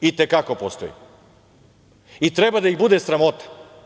I te kako postoji i treba da ih bude sramota.